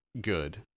good